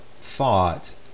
thought